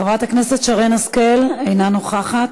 חברת הכנסת שרן השכל, אינה נוכחת,